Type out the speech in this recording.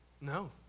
No